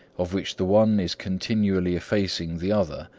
of which the one is continually effacing the other,